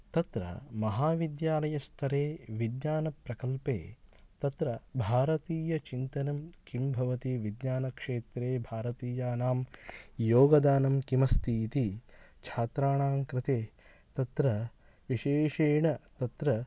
तत्र महाविद्यालयस्तरे विज्ञानप्रकल्पे तत्र भारतीयचिन्तनं किं भवति विज्ञानक्षेत्रे भारतीयानां योगदानं किमस्ति इति छात्राणां कृते तत्र विशेषेण तत्र